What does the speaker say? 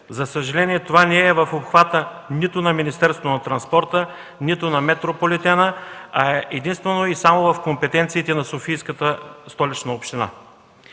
За съжаление това не е в обхвата нито на Министерството на транспорта, нито на „Метрополитен”, а е единствено и само в компетенциите на Софийската столична община.